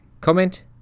Comment